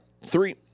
Three –